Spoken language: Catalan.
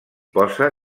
posa